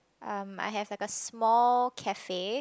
um I have like a small cafe